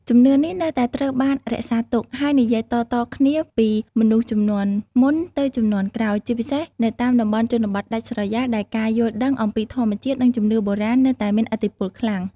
ជំនឿនេះនៅតែត្រូវបានរក្សាទុក ហើយនិយាយតៗគ្នាពីមនុស្សជំនាន់មុនទៅជំនាន់ក្រោយ ជាពិសេសនៅតាមតំបន់ជនបទដាច់ស្រយាលដែលការយល់ដឹងអំពីធម្មជាតិ និងជំនឿបុរាណនៅតែមានឥទ្ធិពលខ្លាំង។